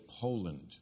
Poland